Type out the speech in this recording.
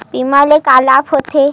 बीमा ले का लाभ होथे?